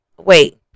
Wait